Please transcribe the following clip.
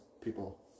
People